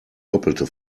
doppelte